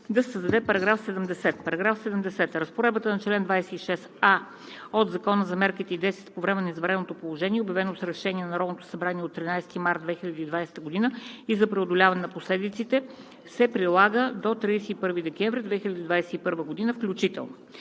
се създаде § 70. „§ 70. Разпоредбата на чл. 26а от Закона за мерките и действията по време на извънредното положение, обявено с решение на Народното събрание от 13 март 2020 г., и за преодоляване на последиците се прилага до 31 декември 2021 г. включително.“